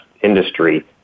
industry